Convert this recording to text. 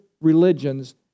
religions